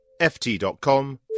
ft.com